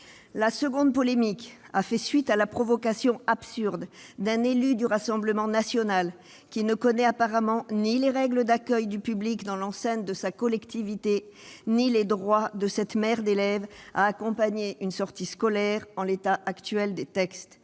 La seconde polémique fait suite à la provocation absurde d'un élu du Rassemblement national, qui ne connaît apparemment ni les règles d'accueil du public dans l'enceinte de sa collectivité ni le droit de cette mère d'élève à accompagner une sortie scolaire en l'état actuel des textes.